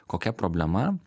kokia problema